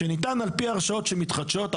שניתן על פי הרשאות שמתחדשות דרך אגב,